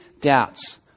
doubts